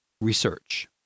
research